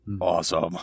Awesome